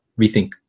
rethink